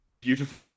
beautiful